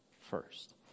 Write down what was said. first